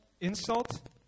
insult